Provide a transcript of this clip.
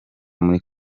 muri